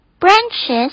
Branches